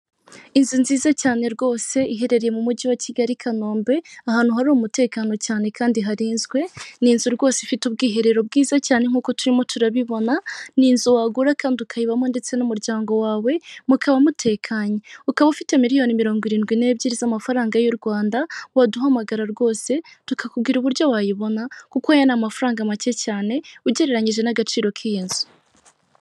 Inzu nziza cyane rwose iherereye mu mujyi wa kigali i kanombe ahantu hari umutekano cyane kandi harinzwe n'inzu rwose ifite ubwiherero bwiza cyane nkuko turimo turabibona n'inzu wagura kandi ukayibamo ndetse n'umuryango wawe mukaba mutekanye ukaba ufite miliyoni mirongo irindwi n'ebyiri z'amafaranga y'u Rwanda waduhamagara rwose tukakubwira uburyo wayibona kuko aya n' amafaranga make cyane ugereranyije n'agaciro k'iyo nzu.